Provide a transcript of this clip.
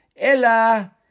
Ella